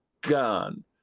gone